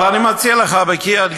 אבל אני מציע לך בקריית-גת,